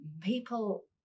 people